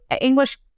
English